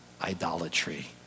idolatry